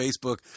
Facebook